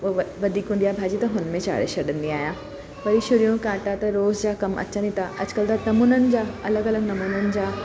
पोइ वधीक हूंदी आ भाॼी त हुनमें चाढ़े छॾींदी आहियां वरी शुरियूं कांटा त रोज़ जा कम अचनि ई था अॼुकल्ह त नमूननि जा अलॻि अलॻि नमूननि जा